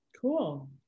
Cool